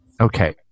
Okay